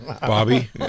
Bobby